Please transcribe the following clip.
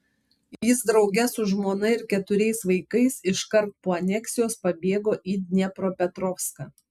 jis drauge su žmona ir keturiais vaikais iškart po aneksijos pabėgo į dniepropetrovską